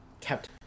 kept